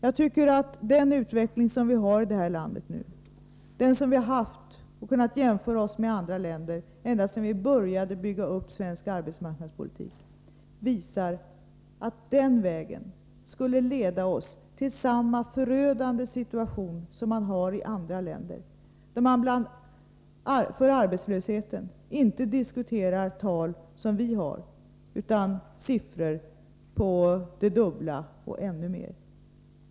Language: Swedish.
Jag tycker att den utveckling som vi nu har och har haft i det här landet, och som vi har kunnat jämföra med motsvarande politik i andra länder ända sedan vi började bygga upp svensk arbetsmarknadspolitik, visar att den väg som moderaterna vill gå skulle leda oss till samma förödande situation som man har i andra länder när det gäller arbetslöshet. Där diskuterar man ju inte sådana arbetslöshetstal som vi har utan siffror på det dubbla och ännu mer.